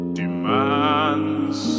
demands